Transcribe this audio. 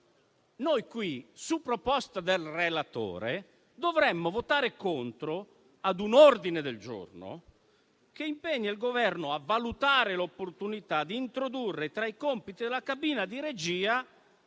Noi qui, su proposta del relatore, dovremmo votare in senso contrario su un ordine del giorno che impegna il Governo a valutare l'opportunità di introdurre tra i compiti della cabina di regia